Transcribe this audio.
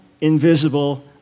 invisible